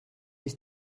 ich